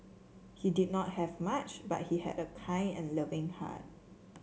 he did not have much but he had a kind and loving heart